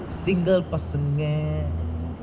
single பசங்கே:pasangae